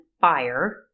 fire